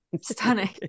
stunning